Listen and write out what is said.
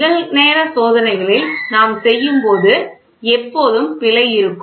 நிகழ்நேர சோதனைகளில் நாம் செய்யும்போது எப்போதும் பிழை இருக்கும்